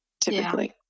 typically